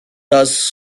does